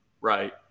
Right